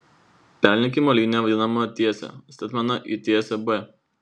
perlenkimo linija vadinama tiese statmena į tiesę b